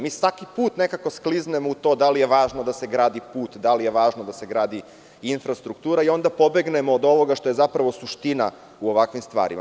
Mi svaki put nekako skliznemo u to da li je važno da se gradi put, da li je važno da se gradi infrastruktura i onda pobegnemo od ovoga što je zapravo suština u ovakvim stvarima.